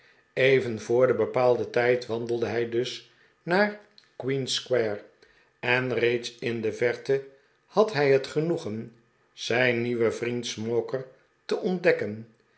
even voor den bepaalden tijd wandelde hij dus naar queens square en reeds in de verte had hij het genoegen zijn nieuwen vriend smauker te ontdekken